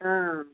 ହଁ